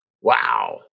wow